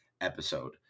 episode